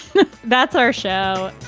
that's our show.